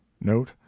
Note